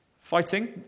Fighting